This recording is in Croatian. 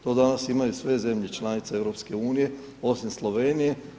To danas imaju sve zemlje članice EU, osim Slovenije.